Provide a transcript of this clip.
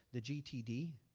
the gtd.